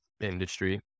industry